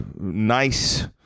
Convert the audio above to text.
nice